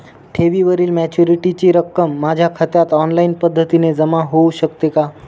ठेवीवरील मॅच्युरिटीची रक्कम माझ्या खात्यात ऑनलाईन पद्धतीने जमा होऊ शकते का?